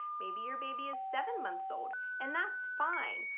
maybe your baby is seven months old and that's fine!